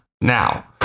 Now